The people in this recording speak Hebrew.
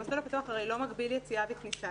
הרי המסלול הפתוח לא מגביל יציאה וכניסה.